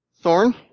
Thorn